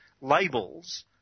labels